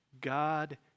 God